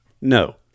No